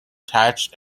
detached